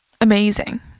amazing